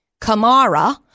Kamara